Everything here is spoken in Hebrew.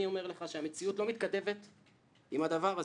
אני אומר לך שהמציאות לא מתכתבת עם הדבר הזה.